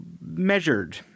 measured